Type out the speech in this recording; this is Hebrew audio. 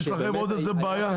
יש לכם עוד איזו בעיה?